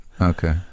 Okay